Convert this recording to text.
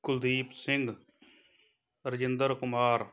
Kuldeep Singh Rajinder Kumar